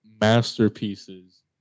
masterpieces